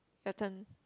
your turn